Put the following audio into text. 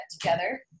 together